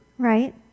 Right